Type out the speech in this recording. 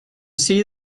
see